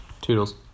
Toodles